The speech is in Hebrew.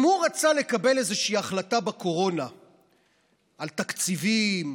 אם הוא רצה לקבל איזושהי החלטה בקורונה על תקציבים,